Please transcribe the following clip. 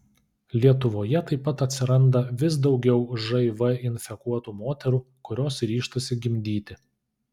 lietuvoje taip pat atsiranda vis daugiau živ infekuotų moterų kurios ryžtasi gimdyti